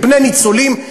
כבני ניצולים,